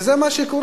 וזה מה שקורה.